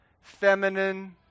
feminine